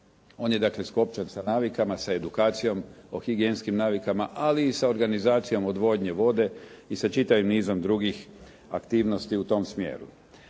On je dakle skopčan sa navikama, sa edukacijama o higijenskim navikama, ali i sa organizacijama odvodnje vode i sa čitavim nizom drugih aktivnosti u tom smjeru.